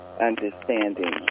understanding